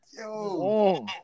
yo